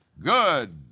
Good